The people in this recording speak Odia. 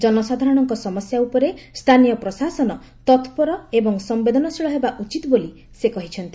ଜନସାଧାରଣଙ୍କ ସମସ୍ୟା ଉପରେ ସ୍ଥାନୀୟ ପ୍ରଶାସନ ତତ୍ପର ଏବଂ ସମ୍ଭେଦନଶୀଳ ହେବା ଉଚିତ ବୋଲି ସେ କହିଛନ୍ତି